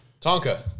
Tonka